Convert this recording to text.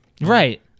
Right